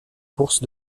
bourses